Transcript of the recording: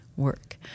work